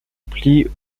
plie